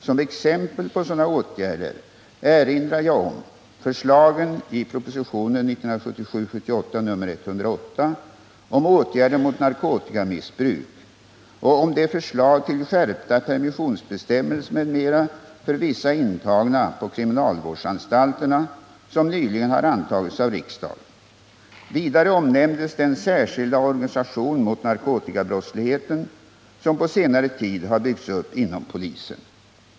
Som exempel på sådana åtgärder erinrade jag om förslagen i propositionen 1977 79:62). Vidare omnämndes den särskilda organisation mot narkotikabrottsligheten som på senare tid har byggts upp inom polisen.